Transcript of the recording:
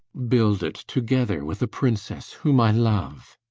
build it together with a princess, whom i love